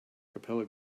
capella